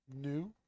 new